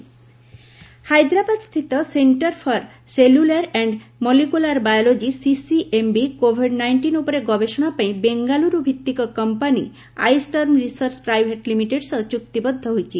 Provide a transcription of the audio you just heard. CCMB research ହାଇଦ୍ରାବାଦସ୍ଥିତ centre for cellular and molecular biology CCMB covid nineteen ଉପରେ ଗବେଷଣା ପାଇଁ ବେଙ୍ଗାଲ୍ରୁ ଭିତ୍ତିକ company Eyestem research private limited ସହ ଚୁକ୍ତିବଦ୍ଧ ହୋଇଛି